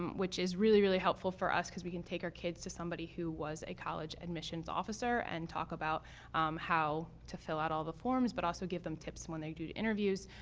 which is really, really helpful for us, because we can take our kids to somebody who was a college admission's officer and talk about how to fill out all the forms but also give them tips when they do interviews.